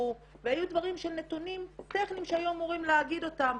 והיו דברים של נתונים טכניים שהיו אמורים להגיד אותם,